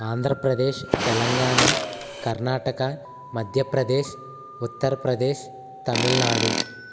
Andhra Pradesh Telangana Karnataka Madhya Pradesh Uttar Pradesh Tamil Nadu